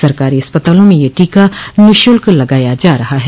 सरकारी अस्पतालों में यह टीका निःशुल्क लगाया जा रहा है